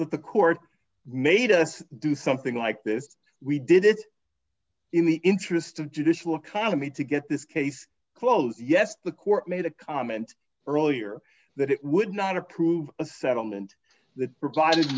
that the court made us do something like this we did it in the interest of judicial economy to get this case closed yes the court made a comment earlier that it would not approve a settlement that provided